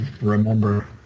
remember –